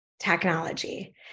technology